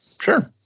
Sure